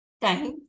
Time